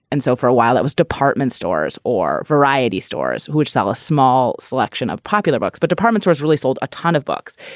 and so for a while it was department stores or variety stores which sell a small selection of popular books, but department stores really sold a ton of books.